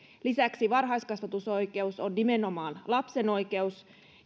lisäksi varhaiskasvatusoikeus on nimenomaan lapsen oikeus